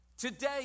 Today